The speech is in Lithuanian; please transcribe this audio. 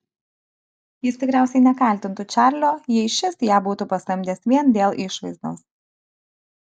jis tikriausiai nekaltintų čarlio jei šis ją būtų pasamdęs vien dėl išvaizdos